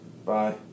Bye